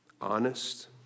honest